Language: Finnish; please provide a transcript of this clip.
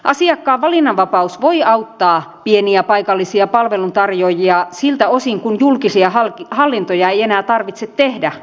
asiakkaan valinnanvapaus voi auttaa pieniä paikallisia palveluntarjoajia siltä osin kuin julkisia hankintoja ei enää tarvitse tehdä asiakkaan puolesta